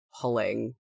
pulling